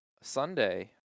sunday